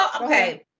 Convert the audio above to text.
okay